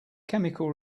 chemical